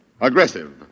Aggressive